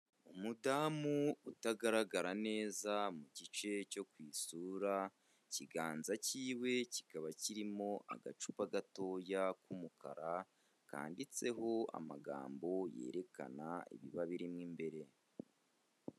Umudamu utagaragara neza mu gice cyo ku isura, ikiganza cy'iwe kikaba kirimo agacupa gatoya k'umukara, kanditseho amagambo yerekana ibiba birimo imbere.